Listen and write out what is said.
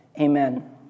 amen